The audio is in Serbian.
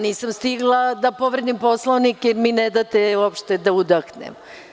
Nisam stigla da povredim Poslovnik jer mi ne date uopšte ni da udahnem.